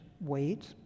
wait